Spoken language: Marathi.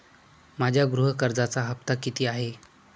माझ्या गृह कर्जाचा हफ्ता किती आहे?